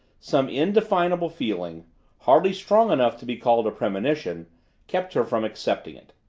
some indefinable feeling hardly strong enough to be called a premonition kept her from accepting it.